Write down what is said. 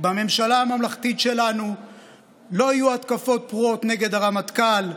בממשלה הממלכתית שלנו לא יהיו התקפות פרועות נגד הרמטכ"ל,